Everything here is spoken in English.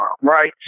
right